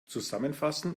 zusammenfassen